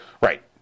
right